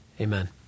amen